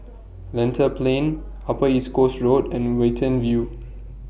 Lentor Plain Upper East Coast Road and Watten View